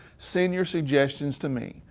send your suggestions to me.